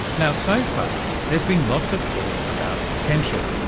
now, so far there's been lots of talk about potential.